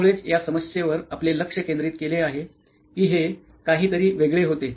यामुळेच या समस्येवर आपले लक्ष केंद्रित केले आहे की हे काहीतरी वेगळे होते